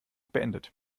beendet